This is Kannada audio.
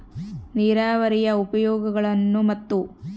ನೇರಾವರಿಯ ಉಪಯೋಗಗಳನ್ನು ಮತ್ತು?